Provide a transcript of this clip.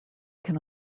can